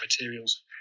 materials